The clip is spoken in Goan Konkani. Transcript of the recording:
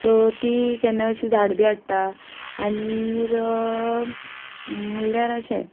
सो ती केन्ना अशीं झाडां बी हाडटा आनी म्हणल्यार अशें